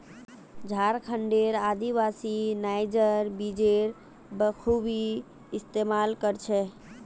झारखंडेर आदिवासी नाइजर बीजेर बखूबी इस्तमाल कर छेक